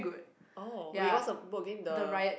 oh wait what's the book again the